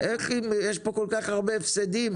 איך אם יש פה כל כך הרבה הפסדים,